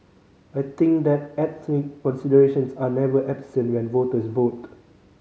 I think that ethnic considerations are never absent when voters vote